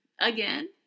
Again